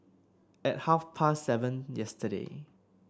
at half past seven yesterday